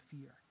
fear